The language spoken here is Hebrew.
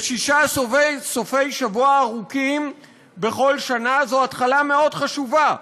ושישה סופי שבוע ארוכים בכל שנה הם התחלה מאוד חשובה.